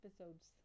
episodes